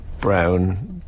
brown